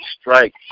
Strike